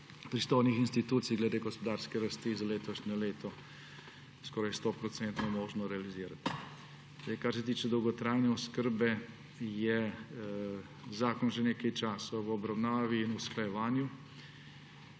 pristojnih institucij glede gospodarske rasti za letošnje leto skoraj stoprocentno možno realizirati. Kar se tiče dolgotrajne oskrbe, je zakon že nekaj časa v obravnavi in usklajevanju,